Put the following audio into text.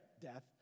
death